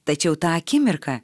tačiau tą akimirką